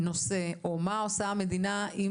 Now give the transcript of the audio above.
מה עושה המדינה עם